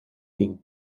being